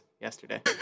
yesterday